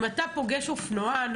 אם אתה פוגש אופנוען,